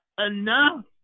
enough